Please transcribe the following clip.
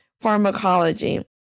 pharmacology